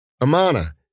Amana